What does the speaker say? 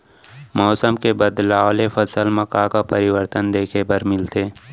मौसम के बदलाव ले फसल मा का का परिवर्तन देखे बर मिलथे?